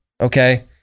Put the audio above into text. Okay